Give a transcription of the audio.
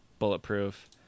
bulletproof